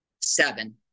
seven